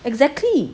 exactly